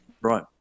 Right